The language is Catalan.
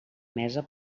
mesa